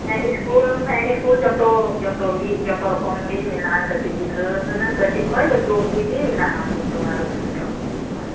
ᱦᱮᱸ ᱥᱠᱩᱞ ᱦᱮᱸ ᱥᱠᱩᱞ ᱡᱚᱛᱚ ᱡᱚᱛᱚᱜᱮ ᱡᱚᱛᱚ ᱨᱚᱠᱚᱢᱜᱮ ᱢᱮᱱᱟᱜᱼᱟ ᱠᱟᱹᱴᱤᱡ ᱜᱤᱫᱽᱨᱟᱹ ᱠᱟᱹᱴᱤᱡ ᱠᱷᱚᱱ ᱞᱟᱹᱴᱩ ᱚᱵᱫᱤ ᱜᱮ ᱢᱮᱱᱟᱜᱼᱟ ᱵᱤᱥᱥᱚ ᱵᱷᱟᱨᱚᱛᱤ ᱨᱮᱫᱚ ᱚᱱᱮ